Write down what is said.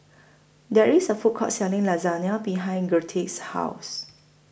There IS A Food Court Selling Lasagna behind Gerrit's House